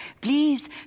Please